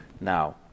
Now